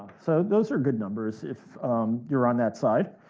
so those are good numbers, if you're on that side.